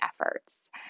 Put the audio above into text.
efforts